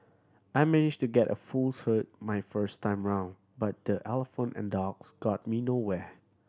I managed to get a full cert my first time round but the Elephant and Dogs got me nowhere